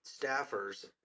staffers